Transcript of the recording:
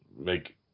make